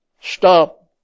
Stop